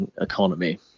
economy